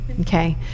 Okay